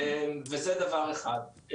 זה דבר אחד.